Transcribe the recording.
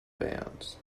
bands